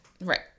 Right